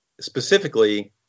specifically